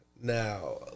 Now